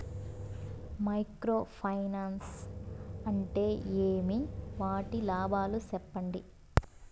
Micro finance అంటే ఏమి? వాటి లాభాలు సెప్పండి?